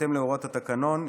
בהתאם להוראות התקנון,